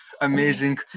amazing